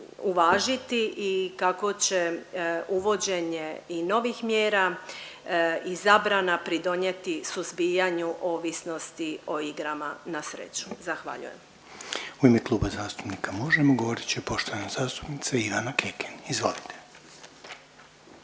uvažiti i kako će uvođenje i novih mjera izabrana pridonijeti suzbijanju ovisnosti o igrama na sreću. Zahvaljujem. **Reiner, Željko (HDZ)** U ime Kluba zastupnika Možemo! govorit će poštovana zastupnica Ivana Kekin. Izvolite.